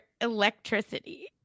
electricity